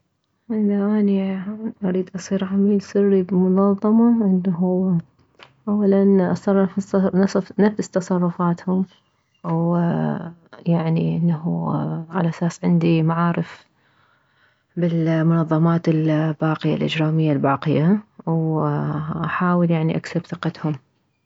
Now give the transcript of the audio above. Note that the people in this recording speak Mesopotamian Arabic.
اذا اني اريد اصير عميل سري بمنظمة انه اولا اتصرف نصف نفس صرفاتهم ويعني انه علساس عندي معارف بالمنظمات الباقية الاجرامية الباقية واحاول يعني اكسب ثقتهم